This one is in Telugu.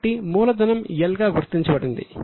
కాబట్టి మూలధనం L గా గుర్తించబడింది